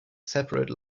separate